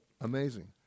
Amazing